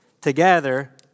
Together